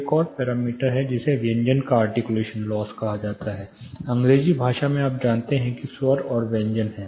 एक और पैरामीटर है जिसे व्यंजन का आर्टिक्यूलेशन लॉस कहा जाता है अंग्रेजी भाषा में आप जानते हैं कि स्वर और व्यंजन हैं